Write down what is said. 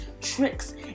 tricks